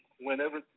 whenever